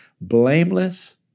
Blameless